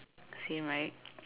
same right